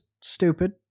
stupid